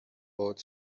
باهات